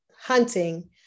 hunting